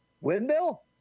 Windmill